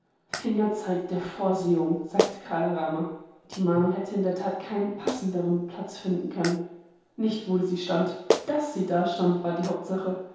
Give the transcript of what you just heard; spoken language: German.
fingerzeig der vorsehung sagte kala rama die mahnung hätte in der tat keinen passenderen platz finden können nicht wo sie stand daß sie dastand war die hauptsache